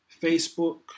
Facebook